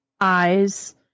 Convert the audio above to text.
Eyes